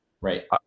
Right